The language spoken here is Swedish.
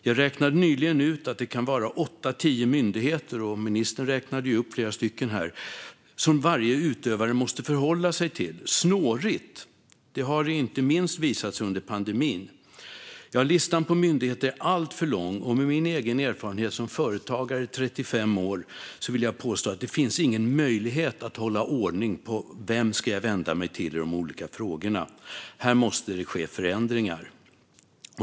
Jag räknade nyligen ut att det kan vara en åtta tio myndigheter, varav ministern räknade upp flera stycken, som varje utövare måste förhålla sig till. Det är snårigt, och detta har visat sig inte minst under pandemin. Listan på myndigheter är alltför lång, och med min egen erfarenhet som företagare i 35 år vill jag påstå att det inte finns någon möjlighet att hålla ordning på vem man ska vända sig till i de olika frågorna. Här måste det ske förändringar.